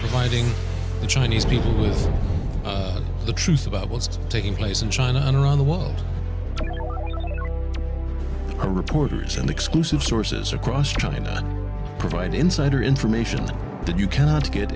fighting the chinese people with the truth about what's taking place in china and around the world are reporters and exclusive sources across china provide insider information that you cannot get